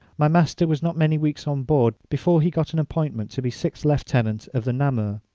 my master was not many weeks on board before he got an appointment to be sixth lieutenant of the namur,